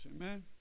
Amen